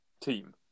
team